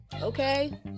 okay